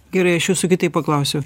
gerai aš jūsų kitaip paklausiu